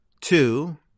Two